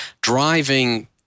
driving